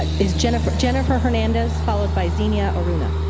ah is jennifer jennifer hernandez, followed by zennia orunda.